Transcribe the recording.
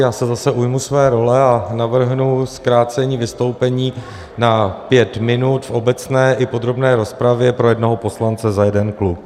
Já se zase ujmu své role a navrhnu zkrácení vystoupení na pět minut v obecné i podrobné rozpravě pro jednoho poslance za jeden klub.